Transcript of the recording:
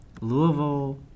Louisville